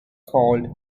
called